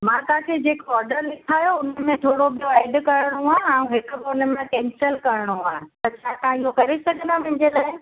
मां तव्हां खे जेको ऑडर लिखायो उनमें थोरो ॿियो ऐड करिणो आहे ऐं हिकु ॿ उनमां केंसल करिणो आहे त छा तव्हां इहो करे सघंदा मुंहिंजे लाइ